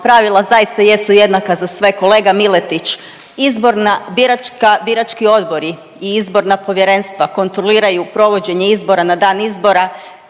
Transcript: Pravila zaista jesu jednaka za sve. Kolega Miletić, izborna biračka, birački odbori i izborna povjerenstva kontroliraju provođenje izbora na dan izbora,